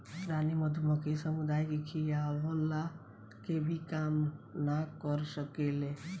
रानी मधुमक्खी समुदाय के खियवला के भी काम ना कर सकेले